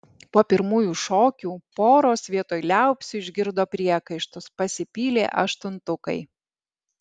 po pirmųjų šokių poros vietoj liaupsių išgirdo priekaištus pasipylė aštuntukai